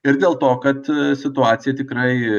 ir dėl to kad situacija tikrai